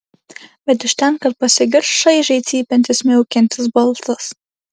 bet iš ten kad pasigirs šaižiai cypiantis miaukiantis balsas